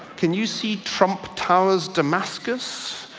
can you see trump towers damascus?